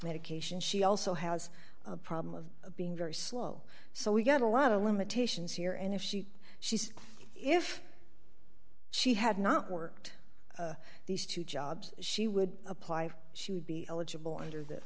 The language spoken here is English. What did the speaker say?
medication she also has a problem of being very slow so we've got a lot of limitations here and if she she's if she had not worked these two jobs she would apply she would be eligible under th